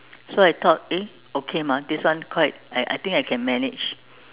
so I thought eh okay mah this one quite I I think I can manage